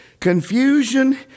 Confusion